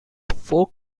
four